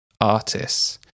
artists